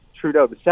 Trudeau